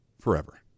forever